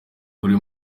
kuri